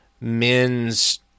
men's